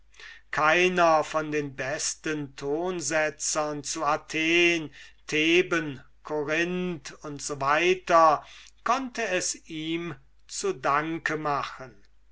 keiner von den besten componisten zu athen theben korinth u s w konnt es ihm zu dank machen